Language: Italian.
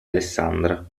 alessandra